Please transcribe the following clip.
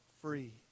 free